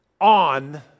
on